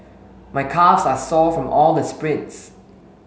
my calves are sore from all the sprints